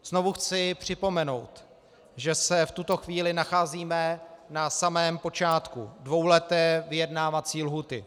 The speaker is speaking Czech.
Znovu chci připomenout, že se v tuto chvíli nacházíme na samém počátku dvouleté vyjednávací lhůty.